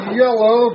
yellow